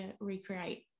recreate